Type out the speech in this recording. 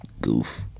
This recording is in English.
Goof